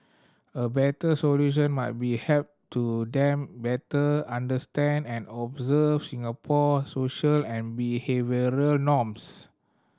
a better solution might be help to them better understand and observe Singapore social and behavioural norms